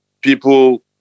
people